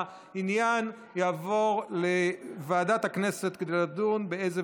העניין יעבור לוועדת הכנסת כדי לדון באיזו